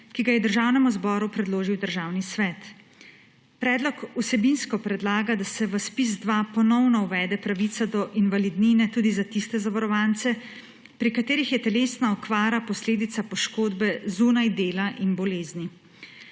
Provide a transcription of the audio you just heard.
ki ga je Državnemu zboru predložil Državni svet. Predlog vsebinsko predlaga, da se v ZPIZ-2 ponovno uvede pravica do invalidnine tudi za tiste zavarovance, pri katerih je telesna okvara posledica poškodbe zunaj dela in bolezni.